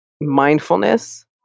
mindfulness